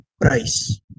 price